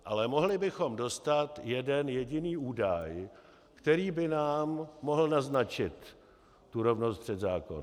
Ale mohli bychom dostat jeden jediný údaj, který by nám mohl naznačit tu rovnost před zákony.